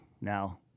Now